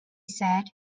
said